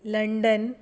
London